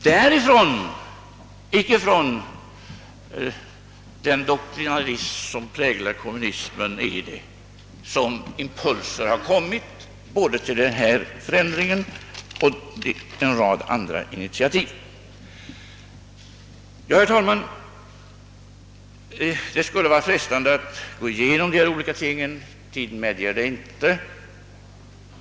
Därifrån — och inte från den doktrinarism som präglar kommunismen — har impulserna kommit både när det gäller detta och en rad andra initiativ. Herr talman! Det skulle vara frestande att närmare gå in på dessa saker, men tiden medger det inte.